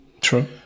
True